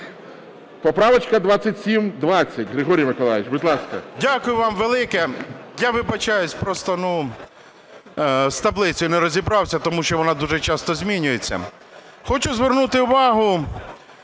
Поправочка 2720. Григорій Миколайович, будь ласка. 12:54:14 МАМКА Г.М. Дякую вам велике. Я, вибачаюсь, просто з таблицею не розібрався, тому що вона дуже часто змінюється. Хочу звернути увагу